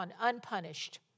Unpunished